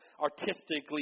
artistically